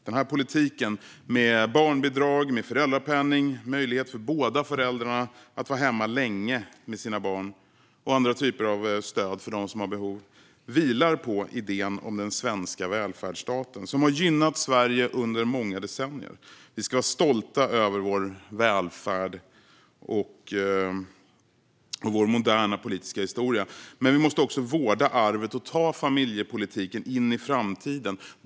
Den här politiken - med barnbidrag, med föräldrapenning, med möjlighet för båda föräldrarna att vara hemma länge med sina barn och med andra typer av stöd för dem som har behov - vilar på idén om den svenska välfärdsstaten, som har gynnat Sverige under många decennier. Vi ska vara stolta över vår välfärd och vår moderna politiska historia, men vi måste också vårda arvet och ta familjepolitiken in i framtiden.